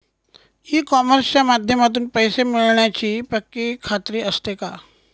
E कॉमर्सच्या माध्यमातून पैसे मिळण्याची पक्की खात्री असते का?